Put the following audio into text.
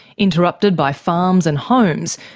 interrupted by farms and homes,